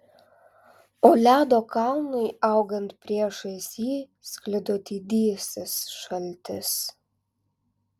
o ledo kalnui augant priešais jį sklido didysis šaltis